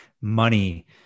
money